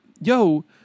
yo